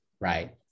right